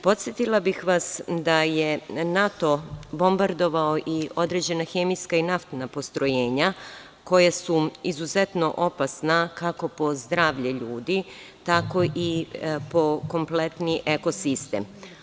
Podsetila bih vas da je NATO bombardovao i određena hemijska i naftna postrojenja koja su izuzetno opasna kako po zdravlje ljudi, tako i po kompletni ekosistem.